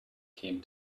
came